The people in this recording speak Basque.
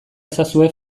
ezazue